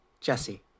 Jesse